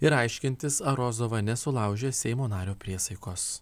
ir aiškintis ar rozova nesulaužė seimo nario priesaikos